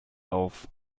auf